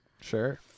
Sure